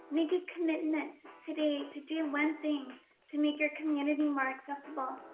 make a commitment today to do one thing to make your community more accessible.